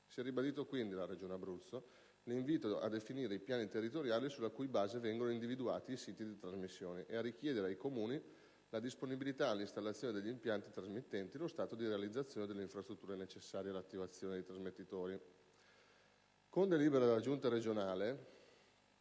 Si è ribadito, quindi, alla Regione Abruzzo l'invito a definire i piani territoriali sulla cui base vengono individuati i siti di trasmissione e a richiedere ai Comuni la disponibilità all'installazione degli impianti trasmittenti e lo stato di realizzazione delle infrastrutture necessarie all'attivazione dei trasmettitori